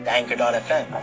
Anchor.fm